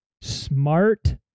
smart